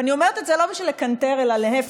ואני אומרת את זה לא בשביל לקנטר, אלא להפך,